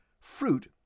fruit